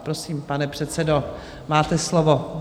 Prosím, pane předsedo, máte slovo.